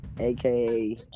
AKA